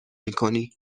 میکنی